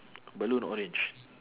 balloon orange